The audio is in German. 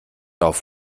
auf